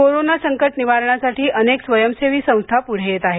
corona संकट निवारणासाठी अनेक स्वयंसेवी संस्था पुढे येत आहेत